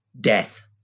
death